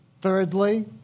Thirdly